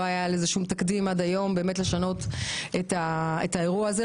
לא היה תקדים עד היום לשנות את האירוע הזה.